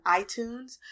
iTunes